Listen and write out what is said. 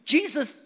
Jesus